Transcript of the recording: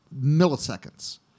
milliseconds